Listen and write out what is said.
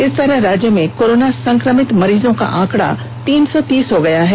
इस तरह राज्य में कोरोना संक्रमित मरीजों का आंकड़ा तीन सौ तीस हो चुका है